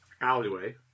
alleyway